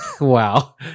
Wow